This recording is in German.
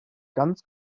ganz